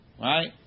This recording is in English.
Right